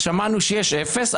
שמענו שיש אפס,